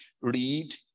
Read